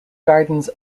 gardens